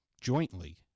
jointly